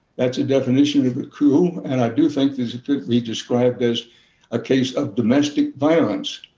that's a definition of a coup, and i do think this could be described as a case of domestic violence.